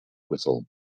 whistle